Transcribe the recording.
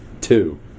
two